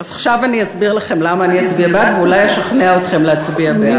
אז עכשיו אני אסביר לכם למה אני אצביע בעד ואולי אשכנע אתכם להצביע בעד.